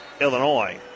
Illinois